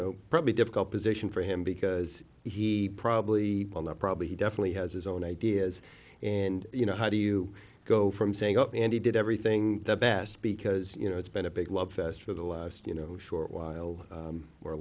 know probably difficult position for him because he probably will not probably he definitely has his own ideas and you know how do you go from saying up and he did everything the best because you know it's been a big love fest for the last you know short while